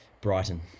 Brighton